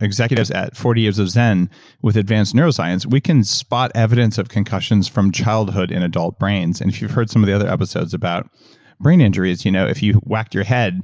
executives at forty years of zen with advanced neuroscience, we can spot evidence of concussions from childhood in adult brains, and if you've heard some of the other episodes about brain injuries, you know if you've whacked your head,